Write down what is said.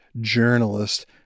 journalist